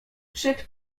przed